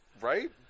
Right